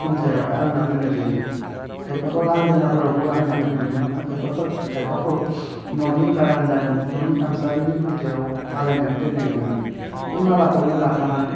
खुन्थायावहाय आलायना दोननाय जायो खायफाखौ लांगोनाफोरावबो आलायना दोनाय नुनो मोनो खायफोर खायफाखौ ननि बारेन्दानि न'नि खामसालिनि खुन्थायाव आलायनानै दोननाय नुनो मोनो बे मालाखौनो लाफानानै